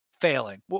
failing